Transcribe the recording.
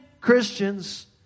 Christians